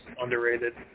underrated